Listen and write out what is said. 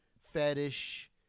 fetish